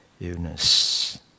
illness